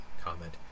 comment